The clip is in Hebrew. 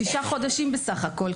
שישה חודשים בסך הכול,